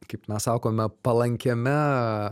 kaip mes sakome palankiame